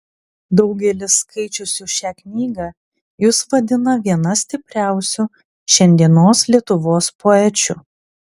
daugelis skaičiusių šią knygą jus vadina viena stipriausių šiandienos lietuvos poečių